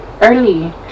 Early